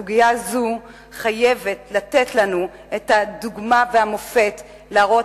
הסוגיה הזו חייבת לתת לנו את הדוגמה והמופת להראות